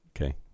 Okay